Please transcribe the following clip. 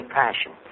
passion